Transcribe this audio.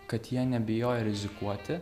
kad jie nebijojo rizikuoti